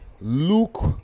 Luke